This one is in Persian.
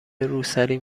روسری